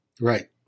Right